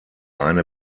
eine